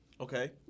okay